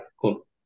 Cool